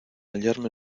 hallarme